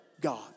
God